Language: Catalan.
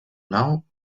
nau